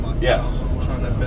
Yes